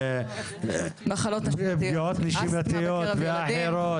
פגיעות נשימתיות ואחרות,